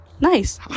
Nice